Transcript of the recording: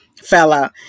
fella